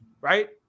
right